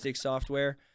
software